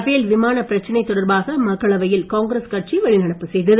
Rafale விமானப் பிரச்சனை தொடர்பாக மக்களவையில் காங்கிரஸ் கட்சி வெளிநடப்பு செய்தது